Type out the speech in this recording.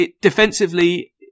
Defensively